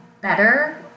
better